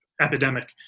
Epidemic